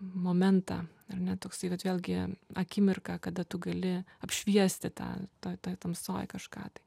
momentą ar ne toksai vat vėlgi akimirka kada tu gali apšviesti tą toj toj tamsoj kažką tai